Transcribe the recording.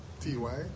T-Y